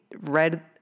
read